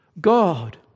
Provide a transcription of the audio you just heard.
God